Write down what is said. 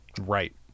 right